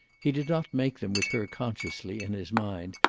he did not make them with her consciously in his mind,